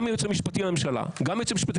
גם מהייעוץ המשפטי לממשלה וגם מהייעוץ המשפטי